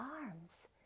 arms